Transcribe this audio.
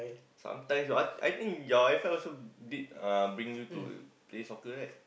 sometimes I I think your F_I also did uh bring you to play soccer right